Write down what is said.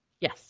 Yes